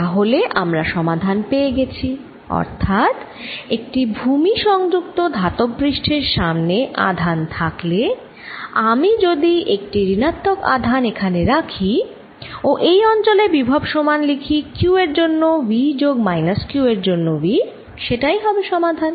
তাহলে আমরা সমাধান পেয়ে গেছি অর্থাৎ একটি ভূমি সংযুক্ত ধাতব পৃষ্ঠের সামনে আধান থাকলে আমি যদি একটি ঋণাত্মক আধান এখানে রাখি ও এই অঞ্চলে বিভব সমান লিখি q এর জন্য V যোগ মাইনাস q এর জন্য V সেটাই হবে সমাধান